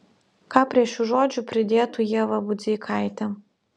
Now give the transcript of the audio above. ką prie šių žodžių pridėtų ieva budzeikaitė